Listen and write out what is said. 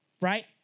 right